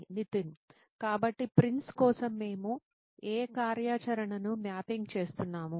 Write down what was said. నితిన్ కాబట్టి ప్రిన్స్ కోసం మేము ఏ కార్యాచరణను మ్యాపింగ్ చేస్తున్నాము